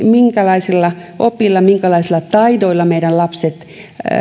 minkälaisella opilla minkälaisilla taidoilla meidän lapset